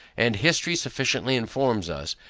and history sufficiently informs us,